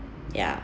ya